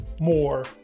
more